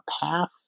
path